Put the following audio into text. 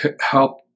help